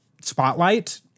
spotlight